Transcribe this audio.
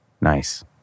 Nice